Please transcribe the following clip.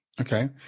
Okay